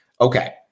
Okay